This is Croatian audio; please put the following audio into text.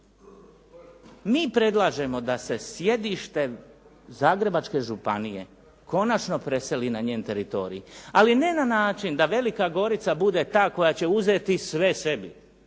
Mi predlažemo da se sjedište Zagrebačke županije konačno preseli na njen teritorij. Ali ne na način da Velika Gorica bude ta koja će uzeti sve sebi.